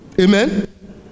Amen